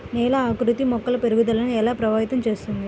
నేల ఆకృతి మొక్కల పెరుగుదలను ఎలా ప్రభావితం చేస్తుంది?